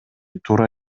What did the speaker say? туура